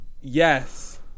Yes